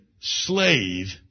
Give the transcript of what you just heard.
slave